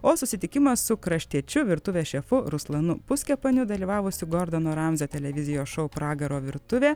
o susitikimą su kraštiečiu virtuvės šefu ruslanu puskepaliu dalyvavusi gorda no ramzio televizijos šou pragaro virtuvė